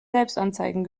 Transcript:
selbstanzeigen